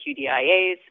QDIAs